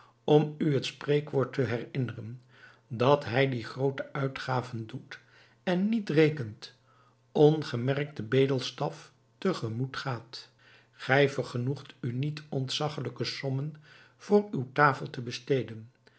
om u het spreekwoord te herinneren dat hij die groote uitgaven doet en niet rekent ongemerkt den bedelstaf te gemoet gaat gij vergenoegt u niet ontzaggelijke sommen voor uw tafel te besteden